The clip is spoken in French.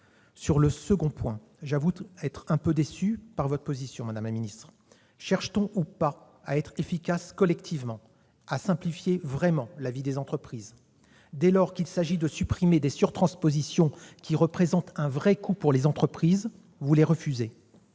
mesures législatives, j'avoue être un peu déçu par votre position, madame la ministre : oui ou non, cherche-t-on à être efficace collectivement, à simplifier vraiment la vie des entreprises ? Dès lors qu'il s'agit de supprimer des surtranspositions qui représentent un vrai coût pour les entreprises, vous les refusez.